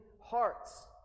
hearts